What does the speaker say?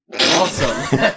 Awesome